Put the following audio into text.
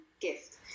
gift